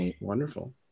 Wonderful